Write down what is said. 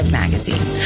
magazine